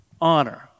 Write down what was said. honor